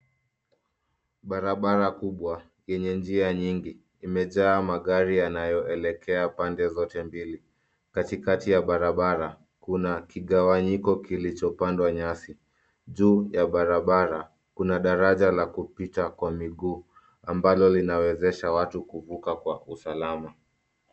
Barabara kubwa yenye njia nyingi imejaa magari yanayoelekea pande zote mbili. Katikati ya barabara, kuna kigawanyiko kilicho pandwa nyasi. Juu ya barabara, kuna daraja la kupita kwa miguu ambalo linawezesha watu kuvuka kwa usalama.